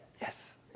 Yes